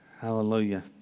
Hallelujah